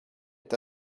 est